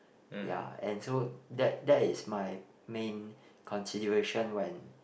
ya and so that that is my main consideration when